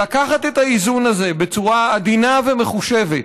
לקחת את האיזון הזה בצורה עדינה ומחושבת,